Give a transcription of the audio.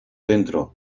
dentro